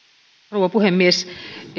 rouva puhemies